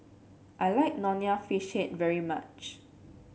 I like Nonya Fish Head very much